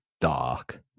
dark